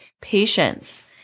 patience